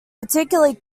particularly